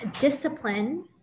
discipline